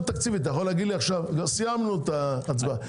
סיימנו את ההצבעה.